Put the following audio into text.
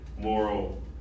moral